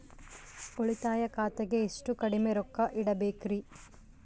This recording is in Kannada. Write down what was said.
ಉಳಿತಾಯ ಖಾತೆಗೆ ಎಷ್ಟು ಕಡಿಮೆ ರೊಕ್ಕ ಇಡಬೇಕರಿ?